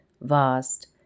vast